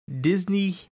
Disney